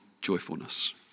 joyfulness